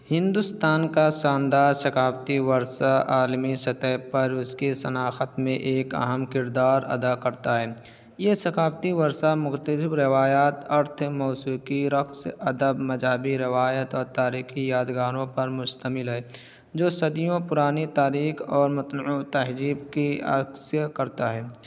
ہندوستان کا شاندار ثقافتی ورثہ عالمی سطح پر اس کی شناخت میں ایک اہم کردار ادا کرتا ہے یہ ثقافتی ورثہ مختلف روایات ارتھ موسیقی رقص ادب مذہبی روایت اور تاریخی یادگاروں پر مشتمل ہے جو صدیوں پرانی تاریخ اور متنوع تہذیب کی عکس کرتا ہے